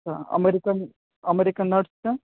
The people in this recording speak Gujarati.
અમેરિકન અમેરિકન નટ્સ છે